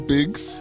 Biggs